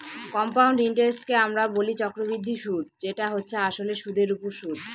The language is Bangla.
কম্পাউন্ড ইন্টারেস্টকে আমরা বলি চক্রবৃদ্ধি সুদ যেটা হচ্ছে আসলে সুধের ওপর সুদ